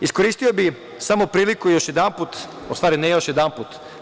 Iskoristio bih samo priliku još jedanput, u stvari ne još jedanput.